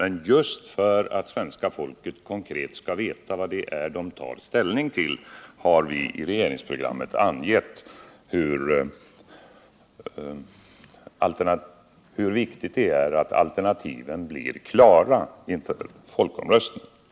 Men just för att man konkret skall veta vad man skall ta ställning till har vi i regeringsprogrammet angivit hur viktigt det är att alternativen inför folkomröstningen blir klara.